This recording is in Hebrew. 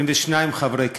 22 חברי כנסת.